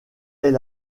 est